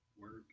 work